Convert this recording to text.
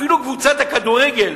אפילו קבוצת הכדורגל